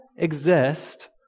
exist